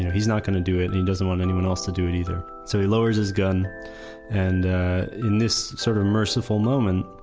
yeah he's not going to do and he doesn't want anyone else to do it either. so he lowers his gun and in this sort of merciful moment.